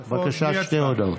נתקבלה.